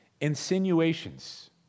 Insinuations